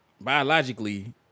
biologically